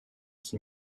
qui